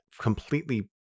completely